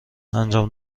انجام